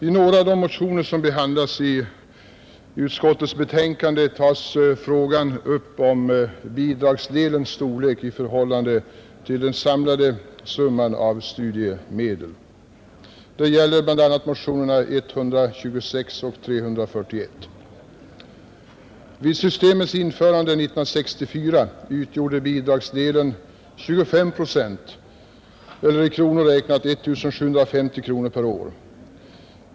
I några av de motioner som behandlats i utskottets betänkande tar man upp frågan om bidragsdelens storlek i förhållande till den samlade summan av studiemedel. Det gäller bl.a. motionerna 126 och 341. Vid systemets införande 1964 utgjorde bidragsdelen 25 procent eller 1 750 kronor per år.